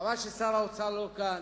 חבל ששר האוצר לא כאן,